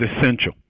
essential